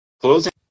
closing